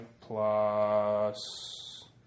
plus